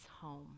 home